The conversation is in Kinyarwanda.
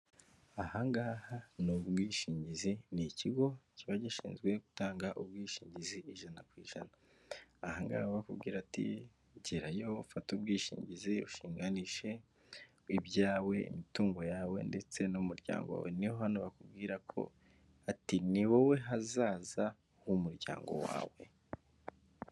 Aha ngaha ni ubwishingizi ni ikigo kiba gishinzwe gutanga ubwishingizi ijana ku ijana, aha ngaha bakubwira ati :'' Gerayo ufate ubwishingizi ushinganishe ibyawe, imitungo yawe ndetse n'umuryango wawe. '' Niho hantu bakubwira ko ati :'' Ni wowe hazaza h'umuryango wawe.''